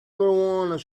everyone